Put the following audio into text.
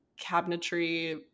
cabinetry